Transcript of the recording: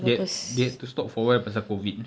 they had they had to stop for a while pasal COVID